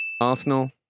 Arsenal